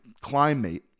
climate